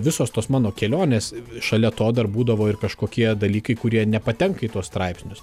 visos tos mano kelionės šalia to dar būdavo ir kažkokie dalykai kurie nepatenka į tuos straipsnius